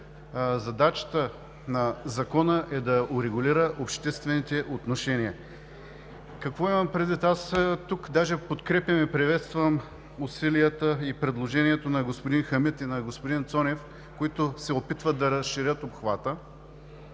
задачата на Закона е да урегулира обществените отношения. Какво имам предвид? Аз тук даже подкрепям и приветствам усилията и предложението на господин Хамид и на господин Цонев, които се опитват да разширят обхвата,